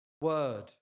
word